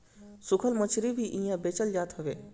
सुखल मछरी भी इहा बेचल जात हवे